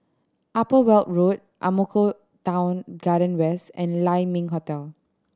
Upper Weld Road Ang Mo Kio Town Garden West and Lai Ming Hotel